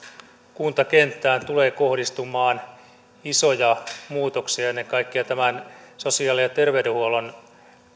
kuntakenttään tulee kohdistumaan isoja muutoksia ennen kaikkea tämän sosiaali ja terveydenhuollon